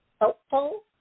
helpful